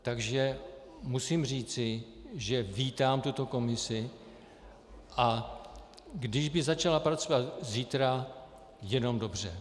Takže musím říci, že vítám tuto komisi, a kdyby začala pracovat zítra, jenom dobře.